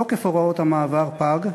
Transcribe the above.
תוקף הוראות המעבר פג,